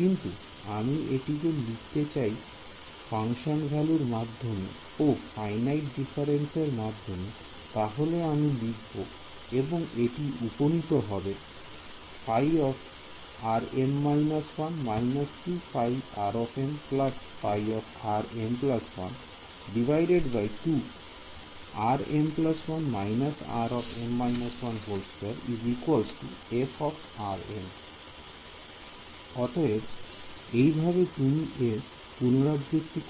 কিন্তু আমি এটিকে লিখতে চাই ফাংশন ভ্যালুর মাধ্যমে ও ফাইনাইট ডিফারেন্স এর মাধ্যমে তাহলে আমি লিখব এবং এটি উপনীত হবে অতএব এইভাবে তুমি এর পুনরাবৃত্তি